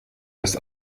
das